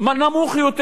נמוך יותר.